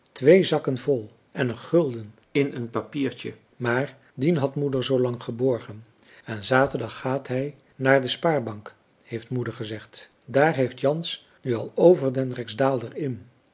twee zakken vol en een gulden in een papiertje maar dien had moeder zoolang geborgen en zaterdag gaat hij naar de spaarbank heeft moeder gezegd daar heeft jans nu al over den rijksdaalder